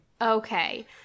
Okay